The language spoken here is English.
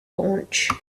launch